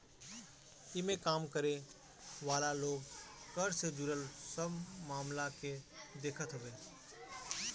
इमें काम करे वाला लोग कर से जुड़ल सब मामला के देखत हवे